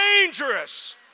dangerous